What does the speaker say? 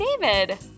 David